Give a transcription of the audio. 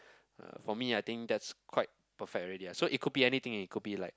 uh for me I think that's quite perfect already ah so it could be anything it could be like